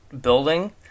building